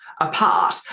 Apart